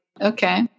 okay